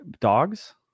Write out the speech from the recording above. dogs